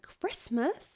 Christmas